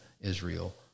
Israel